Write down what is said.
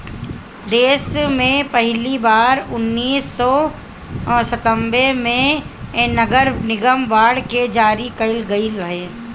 देस में पहिली बार उन्नीस सौ संतान्बे में नगरनिगम बांड के जारी कईल गईल रहे